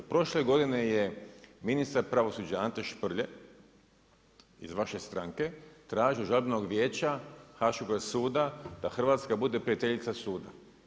Prošle godine je ministar pravosuđa Ante Šprlje, iz vaše stranke tražio od žalbenog vijeća haškoga suda da Hrvatska bude prijateljica suda.